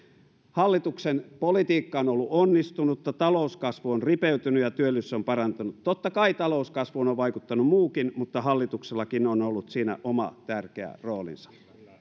hallituksen politiikka on on ollut onnistunutta talouskasvu on ripeytynyt ja työllisyys on parantunut totta kai talouskasvuun on vaikuttanut muukin mutta hallituksellakin on ollut siinä oma tärkeä roolinsa